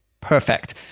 perfect